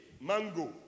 mango